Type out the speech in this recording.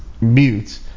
mute